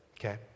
Okay